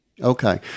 Okay